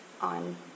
on